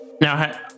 Now